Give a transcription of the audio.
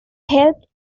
helped